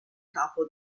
capo